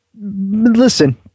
Listen